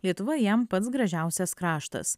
lietuva jam pats gražiausias kraštas